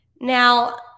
Now